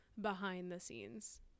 behind-the-scenes